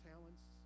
talents